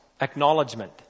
Acknowledgement